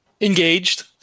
engaged